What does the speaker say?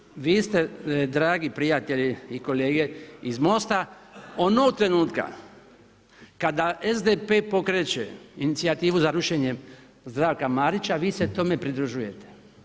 Prema tome vi ste dragi prijatelji i kolege iz MOST-a onog trenutka kada SDP pokreće inicijativu za rušenje Zdravka Marića vi se tome pridružujete.